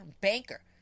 banker